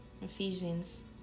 Ephesians